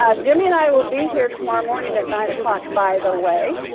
ah jimmy and i will be here tomorrow morning at nine o'clock, by the way.